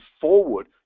forward